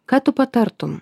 ką tu patartum